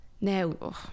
now